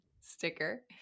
sticker